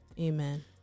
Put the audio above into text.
amen